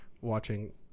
watching